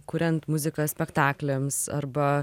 kuriant muziką spektakliams arba